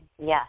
yes